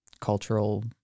cultural